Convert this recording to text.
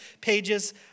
pages